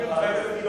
חבר הכנסת.